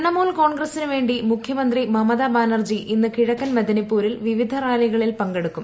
തൃണമൂൽ കോൺഗ്രസിന് വേണ്ടി മുഖ്യ മന്ത്രി മമത ബാനെർജി ഇന്ന് കിഴക്കൻ മെദിനിപ്പൂരിൽ വിവിധ റാലികളിൽ പങ്കെടുക്കും